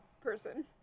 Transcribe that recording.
person